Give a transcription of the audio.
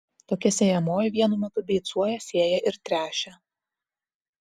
tokia sėjamoji vienu metu beicuoja sėja ir tręšia